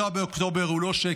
7 באוקטובר הוא לא שקר,